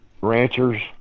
ranchers